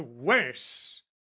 worse